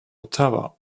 ottawa